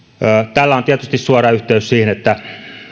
tällä on tietysti suora yhteys siihen